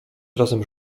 razem